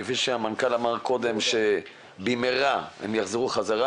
כפי שהמנכ"ל אמר קודם שבמהרה הם יחזרו במהרה.